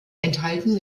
enthalten